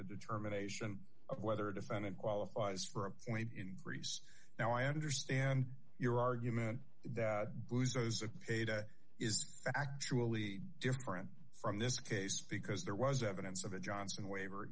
the determination of whether a defendant qualifies for a point increase now i understand your argument that the ada is actually different from this case because there was evidence of the johnson waiver